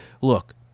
look